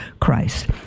Christ